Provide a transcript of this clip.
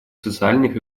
социальных